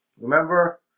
remember